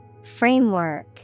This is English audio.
Framework